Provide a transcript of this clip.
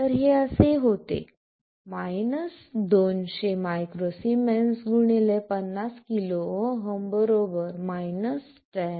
तर हे असे होते 200 µS 50 KΩ 10 vi